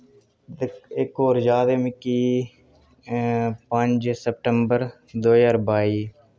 इक इक होर याद ऐ मिकी पंज सेप्टैंबर दो ज्हार बाई